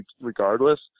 regardless